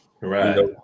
right